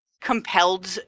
compelled